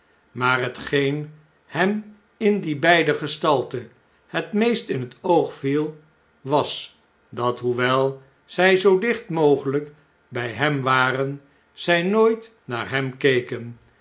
maar hetgeen hem in die beide gestalten het meest in het oog viel was dat hoewel zjj zoo dicht mogeljjk bij hem waren zjj nooit naar hem keken